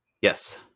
Yes